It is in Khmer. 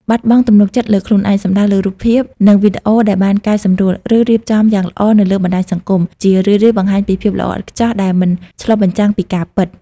បាត់បង់ទំនុកចិត្តលើខ្លួនឯង សំដៅលើរូបភាព និងវីដេអូដែលបានកែសម្រួល ឬរៀបចំយ៉ាងល្អនៅលើបណ្ដាញសង្គម ជារឿយៗបង្ហាញពីភាពល្អឥតខ្ចោះដែលមិនឆ្លុះបញ្ចាំងពីការពិត។